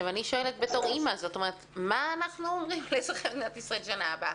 אני שואלת בתור אימא: מה אנחנו אומרים לאזרחי מדינת ישראל בשנה הבאה?